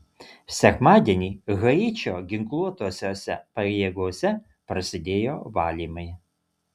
sekmadienį haičio ginkluotosiose pajėgose prasidėjo valymai